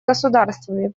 государствами